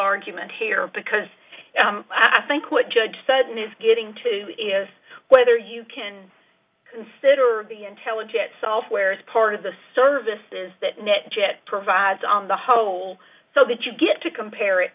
argument here because i think what judge sudden is getting to is whether you can consider the intelligent software as part of the services that net jets provides on the whole so that you get to compare it